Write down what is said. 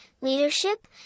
leadership